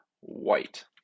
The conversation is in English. white